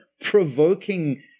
provoking